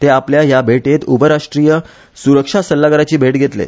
ते आपल्या ह्या भेटेत उप राष्ट्रीय सरुक्षा सल्लागाराची भेट घेतले